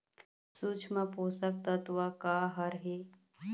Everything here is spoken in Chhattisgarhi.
सूक्ष्म पोषक तत्व का हर हे?